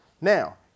Now